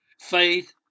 Faith